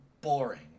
boring